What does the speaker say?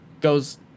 goes